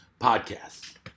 podcast